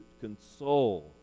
console